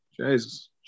Jesus